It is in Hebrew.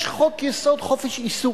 יש חוק-יסוד: חופש העיסוק.